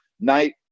night